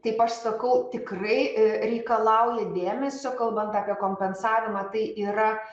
kaip aš sakau tikrai reikalauja dėmesio kalbant apie kompensavimą tai yra